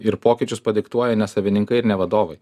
ir pokyčius padiktuoja ne savininkai ir ne vadovai